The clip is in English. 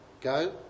go